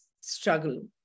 struggle